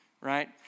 right